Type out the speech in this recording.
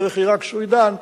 דרך עירק-סוואידן,